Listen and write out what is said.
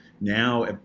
now